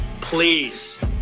Please